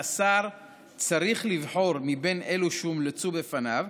השר צריך לבחור מבין אלה שהומלצו בפניו,